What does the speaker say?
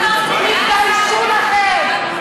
תתביישו לכם.